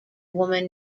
woman